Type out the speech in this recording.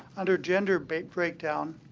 under gender but breakdown,